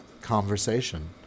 conversation